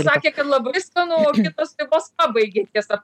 sakė kad labai skanu o kitos tai vos pabaigė tiesą